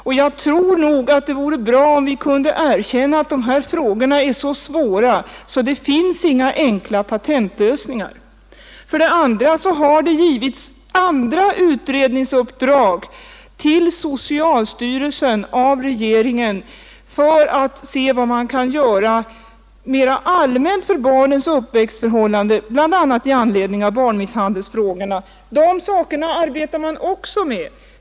Och jag tror det vore bra om vi kunde erkänna att de här frågorna är så svåra att det inte finns några enkla patentlösningar. För det tredje har det givits andra utredningsuppdrag till socialstyrelsen av regeringen för att undersöka vad man kan göra mera allmänt för barnens uppväxtförhållanden, bl.a. med anledning av barnmisshandelsfrågorna. Dessa saker arbetar man också med.